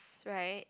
right